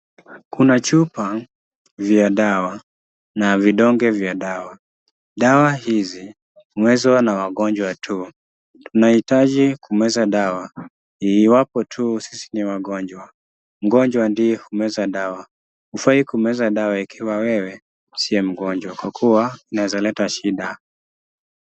Kuna chupa za dawa na vidonge vya dawa, dawa hizi humezwa na wagonjwa tu. Unahitaji kumeza dawa iwapo tu sisi ni wagonjwa. Mgonjwa ndiye humeza dawa, hufai kumeza dawa ikiwa wewe sio mgonjwa, kwa kuwa inaweza leta shida.